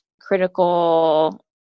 critical